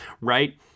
right